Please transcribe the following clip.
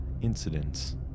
incidents